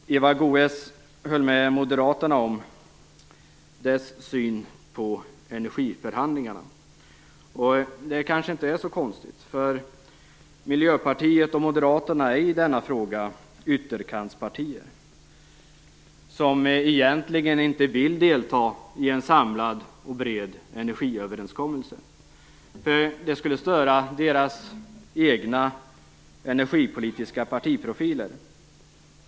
Eva Goës höll med moderaterna om deras syn på energiförhandlingarna. Det kanske inte är så konstigt. Miljöpartiet och Moderaterna är i denna fråga ytterkantspartier som egentligen inte vill delta i en samlad och bred energiöverenskommelse. Det skulle störa deras egna energipolitiska partiprofiler.